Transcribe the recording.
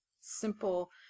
simple